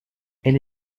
elle